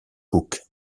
cook